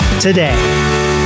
today